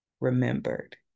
remembered